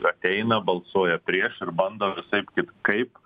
ateina balsuoja prieš ir bando visaip kitkaip